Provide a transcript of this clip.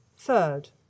Third